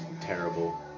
terrible